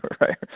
right